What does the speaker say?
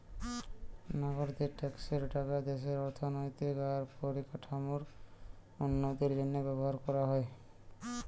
নাগরিকদের ট্যাক্সের টাকা দেশের অর্থনৈতিক আর পরিকাঠামোর উন্নতির জন্য ব্যবহার কোরা হয়